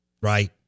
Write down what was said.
right